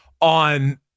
On